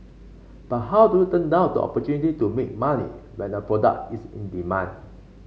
but how do you turn down the opportunity to make money when a product is in demand